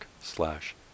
slash